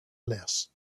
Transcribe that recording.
less